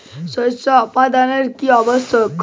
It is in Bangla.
শস্যের আবর্তন কী আবশ্যক?